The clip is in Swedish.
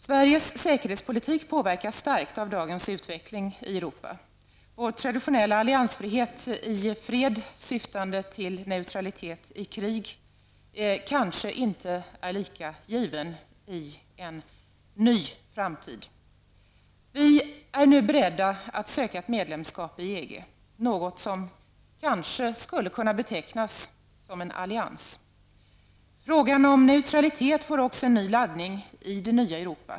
Sveriges säkerhetspolitik påverkas starkt av dagens utveckling i Europa. Vår traditionella alliansfrihet i fred, syftande till neutralitet i krig, kanske inte är lika given i en ny framtid. Vi är nu beredda att söka medlemskap i EG, något som kanske skulle kunna betecknas som en allians. Frågan om neutralitet får också en ny laddning i det nya Europa.